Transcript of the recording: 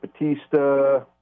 Batista